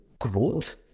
growth